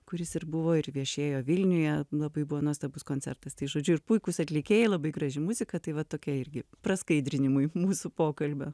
kuris ir buvo ir viešėjo vilniuje labai buvo nuostabus koncertas tai žodžiu ir puikūs atlikėjai labai graži muzika tai va tokia irgi praskaidrinimui mūsų pokalbio